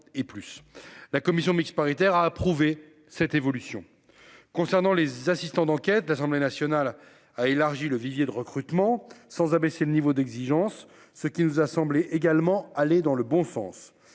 La commission mixte paritaire a approuvé cette évolution concernant les assistants d'enquête de l'Assemblée nationale a élargi le vivier de recrutement sans abaisser le niveau d'exigence. Ce qui nous a semblé également aller dans le bon sens.